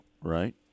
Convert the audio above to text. Right